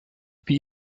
wie